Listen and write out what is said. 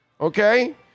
okay